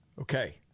Okay